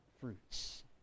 fruits